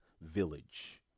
village